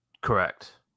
Correct